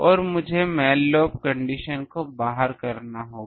और मुझे main loop condition को बाहर करना होगा